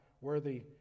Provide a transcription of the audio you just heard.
worthy